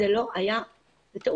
זה לא היה בטעות.